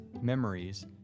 memories